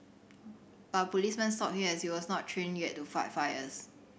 but a policeman stopped him as he was not trained yet to fight fires